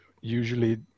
usually